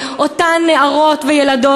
נקודת האור היא אותן נערות וילדות